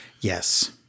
Yes